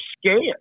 scared